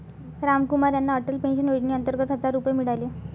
रामकुमार यांना अटल पेन्शन योजनेअंतर्गत हजार रुपये मिळाले